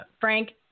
Frank